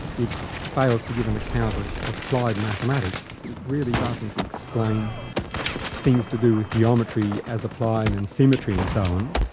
it fails to give an account of applied mathematics. it really doesn't explain things to do with geometry as applied in symmetry and so on,